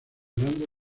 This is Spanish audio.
dando